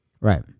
Right